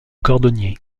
cordonnier